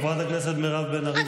חברת הכנסת מירב בן ארי,